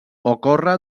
ocorre